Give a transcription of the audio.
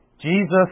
Jesus